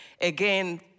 again